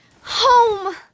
Home